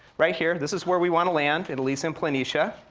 right here, this is where we wanna land, at elysium planitia,